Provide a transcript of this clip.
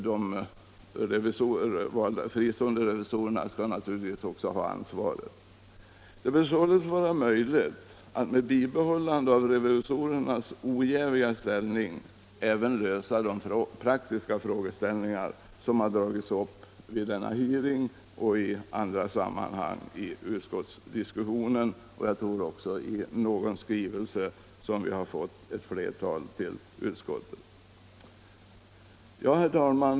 De fristående revisorerna skall naturligtvis också ha ansvaret. Det bör således vara möjligt att med bibehållande av revisorernas ojäviga ställning lösa de praktiska frågor som dragits upp vid denna hearing och i andra sammanhang i utskottsdiskussionen och även i någon av det flertal skrivelser som utskottet har fått. Herr talman!